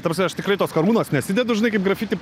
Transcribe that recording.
ta prasme aš tikrai tos karūnos nesidedu žinai kaip grafiti